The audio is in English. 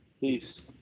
peace